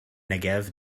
negev